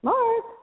Mark